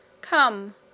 Come